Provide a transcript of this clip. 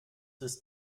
ist